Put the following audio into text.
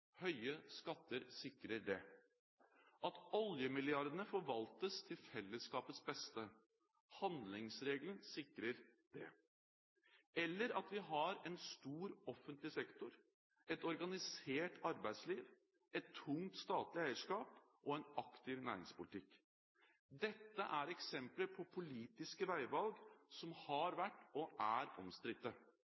høye skatter sikrer det – at oljemilliardene forvaltes til fellesskapets beste, handlingsregelen sikrer det, eller at vi har en stor offentlig sektor, et organisert arbeidsliv, et tungt statlig eierskap og en aktiv næringspolitikk. Dette er eksempler på politiske veivalg som har